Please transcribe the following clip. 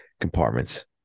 compartments